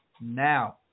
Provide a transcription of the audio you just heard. Now